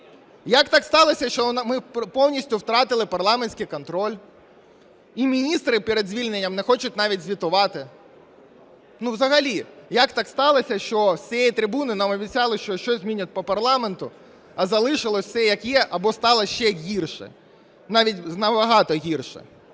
Як так сталося, що ми повністю втратили парламентський контроль, і міністри перед звільненням не хочуть навіть звітувати? Ну, взагалі, як так сталося, що з цієї трибуни нам обіцяли, що щось змінять по парламенту, а залишилося все, як є або стало ще гірше, навіть на багато гірше.